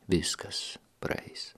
viskas praeis